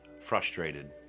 frustrated